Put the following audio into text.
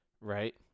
right